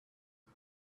and